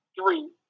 Three